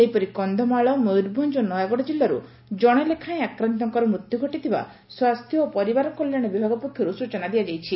ସେହିପରି କନ୍ଧମାଳ ମୟରଭଞ୍ ଓ ନୟାଗଡ଼ ଜିଲ୍ଲାରୁ କଣେ ଲେଖାଏଁ ଆକ୍ରାନ୍ତଙ୍କର ମୃତ୍ୟୁ ଘଟିଥିବା ସ୍ୱାସ୍ଥ୍ୟ ଓ ପରିବାର କଲ୍ୟାଣ ବିଭାଗ ପକ୍ଷର୍ ସ୍ଚନା ଦିଆଯାଇଛି